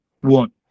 one